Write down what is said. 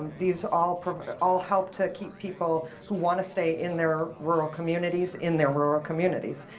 these all all help to keep people who want to stay in their rural communities, in their rural communities.